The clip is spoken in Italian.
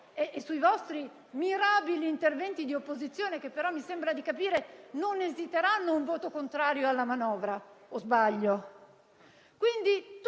e nei vostri mirabili interventi di opposizione, che però, mi sembra di capire, non esiteranno un voto contrario alla manovra.